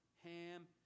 Ham